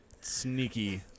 Sneaky